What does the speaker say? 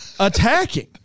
Attacking